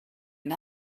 and